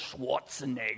Schwarzenegger